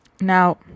now